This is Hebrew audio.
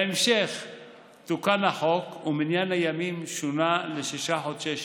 בהמשך תוקן החוק ומניין הימים שונה לשישה חודשי שירות,